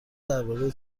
درباره